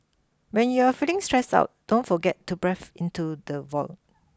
when you are feeling stressed out don't forget to breath into the void